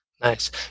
Nice